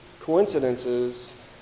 coincidences